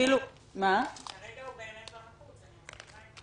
כרגע הוא באמת לא נחוץ, אני מסכימה אתך.